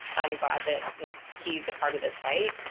i'm glad that you know, he's a part of this fight.